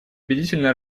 убедительные